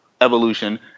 evolution